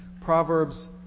Proverbs